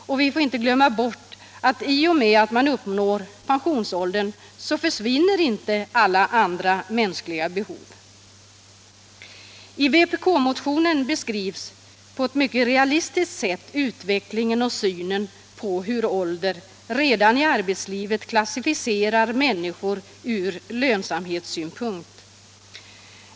Vi får inte glömma bort att i och med att man uppnår pensionsåldern så försvinner inte alla andra mänskliga behov. I vpk-motionen beskrivs på ett mycket realistiskt sätt utvecklingen och synen på hur ålder redan i arbetslivet klassificerar människor från lönsamhetssynpunkt.